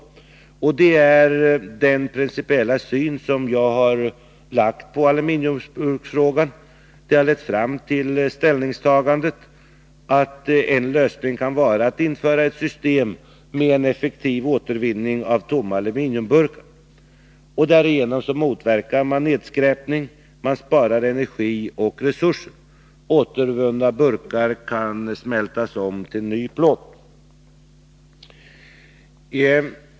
Det är denna principiella syn som jag har anlagt på aluminiumburksfrågan. Den har lett fram till ställningstagandet att en lösning kan vara att införa ett system med effektiv återvinning av tomma aluminiumburkar. Därigenom motverkas nedskräpning, och man spar energi och resurser. Återvunna burkar kan smältas om till ny plåt.